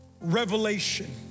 revelation